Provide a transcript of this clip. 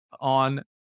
on